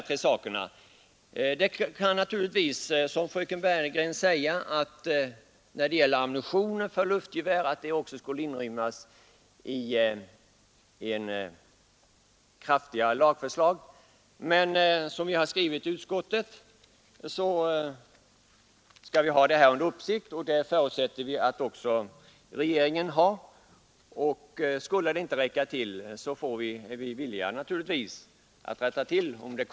Man kan naturligtvis som fröken Bergegren säga att ammunition för luftgevär också skulle inrymmas i ett kraftigare lagförslag. Men som vi har skrivit i utskottet skall vi ha detta under uppsikt, och det förutsätter vi att också regeringen har. Skulle det inte räcka och några olägenheter uppstår, är vi naturligtvis villiga att rätta till dessa.